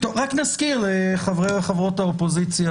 רק נזכיר לחברי וחברות האופוזיציה,